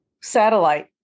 satellite